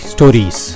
Stories